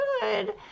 good